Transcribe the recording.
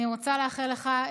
אני רוצה לאחל לך,